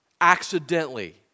accidentally